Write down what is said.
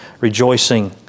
rejoicing